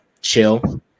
chill